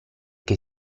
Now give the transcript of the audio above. che